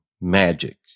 magic